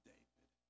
David